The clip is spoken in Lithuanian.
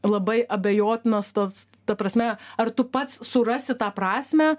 labai abejotinas tas ta prasme ar tu pats surasi tą prasmę